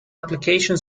application